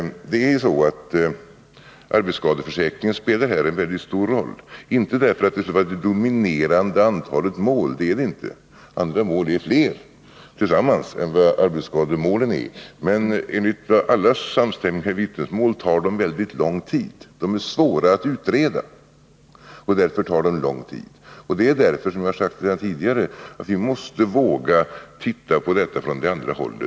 Det är så att arbetsskadeförsäkringen här spelar en väldigt stor roll — inte därför att den typen av mål är det dominerande antalet mål; det är de inte. Andra typer av mål är tillsammans fler än arbetsskademålen. Men enligt samstämmiga vittnesmål tar arbetsskademål mycket lång tid att handlägga. De är svåra att utreda och tar därför lång tid. Det är därför — jag har sagt det tidigare — som vi måste våga titta på det här problemet från ett annat håll.